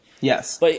Yes